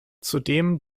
zudem